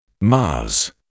Mars